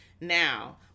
now